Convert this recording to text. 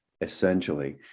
essentially